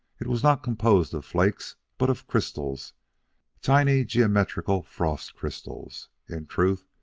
it was not composed of flakes, but of crystals tiny, geometrical frost-crystals. in truth,